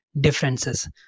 differences